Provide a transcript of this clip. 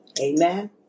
Amen